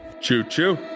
Choo-choo